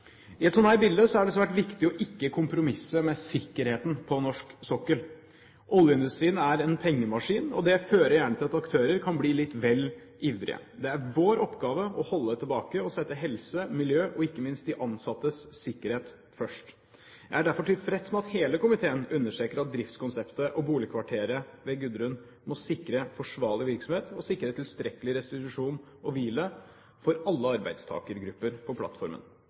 I et slikt bilde er det svært viktig ikke å kompromisse med sikkerheten på norsk sokkel. Oljeindustrien er en pengemaskin, og det fører gjerne til at aktører kan bli litt vel ivrige. Det er vår oppgave å holde tilbake og sette helse, miljø og ikke minst de ansattes sikkerhet først. Jeg er derfor tilfreds med at hele komiteen understreker at driftskonseptet og dimensjonering av boligkvarteret ved Gudrun må sikre forsvarlig virksomhet, og sikre tilstrekkelig restitusjon og hvile for alle